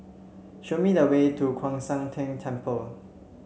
show me the way to Kwan Siang Tng Temple